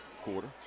quarter